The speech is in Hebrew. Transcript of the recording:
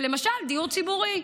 למשל דיור ציבורי.